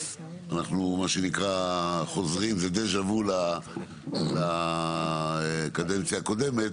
אנחנו חוזרים בדה-ז'ה-וו לקדנציה הקודמת,